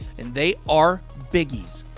and they are biggies.